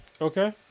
Okay